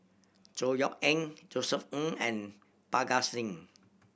Chor Yeok Eng Josef Ng and Parga Singh